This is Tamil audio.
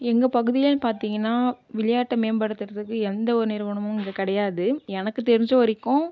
எங்கப் பகுதியில் பார்த்தீங்கன்னா விளையாட்டு மேம்படுத்துகிறதுக்கு எந்த ஒரு நிறுவனமும் இங்கே கிடையாது எனக்குத் தெரிஞ்ச வரைக்கும்